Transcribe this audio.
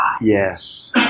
Yes